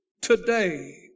today